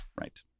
Right